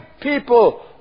people